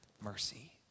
mercy